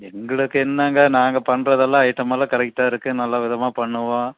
எங்களுக்கு என்னங்க நாங்கள் பண்ணுறதெல்லாம் ஐட்டமெல்லாம் கரெக்டாக இருக்குது நல்ல விதமாக பண்ணுவோம்